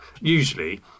Usually